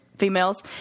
females